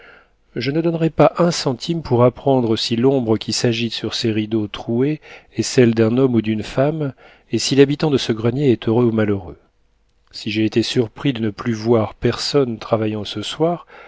je ne donnerais pas un centime pour apprendre si l'ombre qui s'agite sur ces rideaux troués est celle d'un homme ou d'une femme et si l'habitant de ce grenier est heureux ou malheureux si j'ai été surpris de ne plus voir personne travaillant ce soir